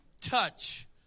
touch